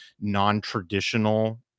non-traditional